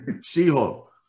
She-Hulk